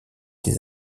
des